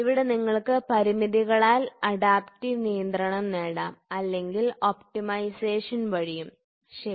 ഇവിടെ നിങ്ങൾക്ക് പരിമിതികളാൽ അഡാപ്റ്റീവ് നിയന്ത്രണം നേടാം അല്ലെങ്കിൽ ഒപ്റ്റിമൈസേഷൻ വഴിയും ശരി